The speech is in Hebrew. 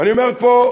ואני אומר פה,